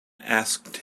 asked